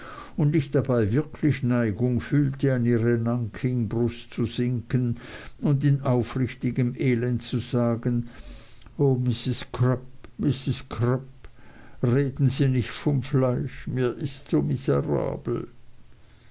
und ich dabei wirklich neigung fühlte an ihre nankingbrust zu sinken und in aufrichtigem elend zu sagen o mrs crupp mrs crupp reden sie nicht von fleisch mir ist so miserabel